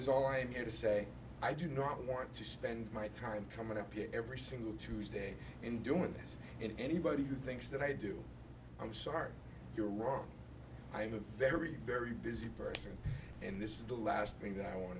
is all i'm going to say i do not want to spend my time coming up here every single tuesday in doing this in anybody who thinks that i do i'm sorry you're wrong i'm a very very busy person and this is the last thing that i want